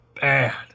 bad